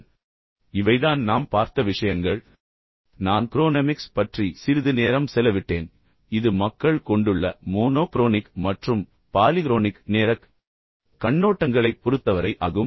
எனவே இவைதான் நாம் பார்த்த விஷயங்கள் பின்னர் நான் குரோனெமிக்ஸ் பற்றி சிறிது நேரம் செலவிட்டேன் இது மக்கள் கொண்டுள்ள மோனோக்ரோனிக் மற்றும் பாலிக்ரோனிக் நேரக் கண்ணோட்டங்களைப் பொறுத்தவரை ஆகும்